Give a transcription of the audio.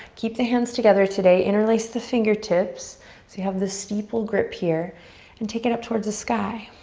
keep the hands together today, interlace the fingertips so you have the steeple grip here and take it up towards the sky.